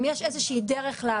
וישב שופט כל יום וקבע